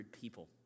people